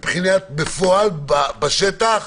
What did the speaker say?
בפועל, בשטח,